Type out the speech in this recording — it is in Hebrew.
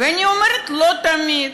ואני אומרת: לא תמיד.